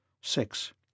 Six